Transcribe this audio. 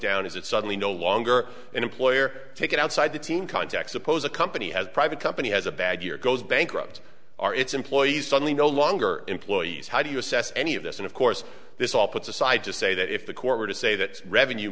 down is it suddenly no longer an employer take it outside the team context suppose a company has a private company has a bad year goes bankrupt or its employees suddenly no longer employees how do you assess any of this and of course this all puts aside to say that if the court were to say that revenue